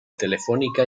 telefónica